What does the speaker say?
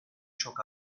çok